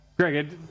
Greg